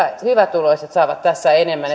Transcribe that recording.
hyvätuloiset saavat tässä enemmän